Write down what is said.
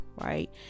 right